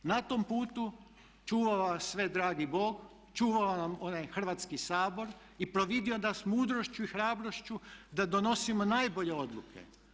Na tom putu čuvao vas sve dragi Bog, čuvao nam ovaj Hrvatski sabor i providio nas mudrošću i hrabrošću da donosimo najbolje odluke.